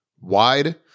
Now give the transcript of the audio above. wide